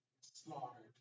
slaughtered